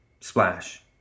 Splash